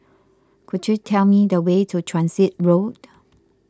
could you tell me the way to Transit Road